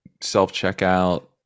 self-checkout